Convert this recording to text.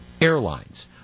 Airlines